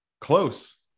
Close